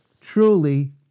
truly